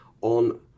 on